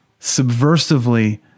subversively